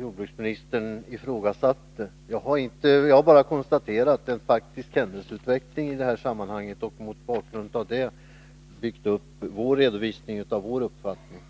jordbruksministern ifrågasatte. Jag har bara konstaterat en faktisk händelseutveckling i sammanhanget och mot bakgrund av det byggt upp redovisningen av vår uppfattning.